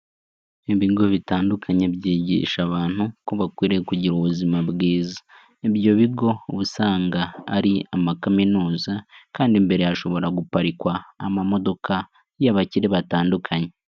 Ibigo bitandukanye byigisha abantu ko bakwiriye kugira ubuzima bwiza, ibyo bigo usanga ari amakaminuza kandi imbere hashobora guparikwa amamodoka y'abakire batandukanye.